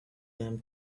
them